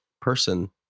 person